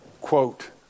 quote